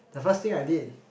the first thing I did